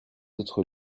autres